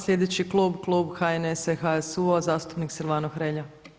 Sljedeći klub, klub HNS-a i HSU-a, zastupnik Silvano Hrelja.